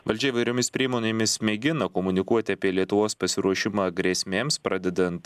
valdžia įvairiomis priemonėmis mėgina komunikuoti apie lietuvos pasiruošimą grėsmėms pradedant